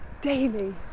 Daily